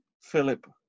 Philip